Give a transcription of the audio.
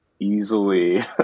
easily